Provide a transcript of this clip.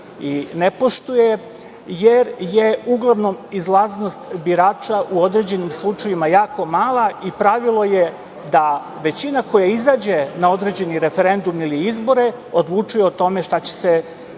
i ne poštuje jer je uglavnom izlaznost birača u određenim slučajevima jako mala i pravilo je da većina koja izađe na određeni referendum ili izbore odlčuje o tome šta će se